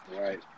Right